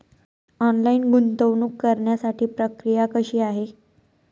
Online गुंतवणूक करण्यासाठी प्रक्रिया कशी आहे?